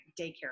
daycare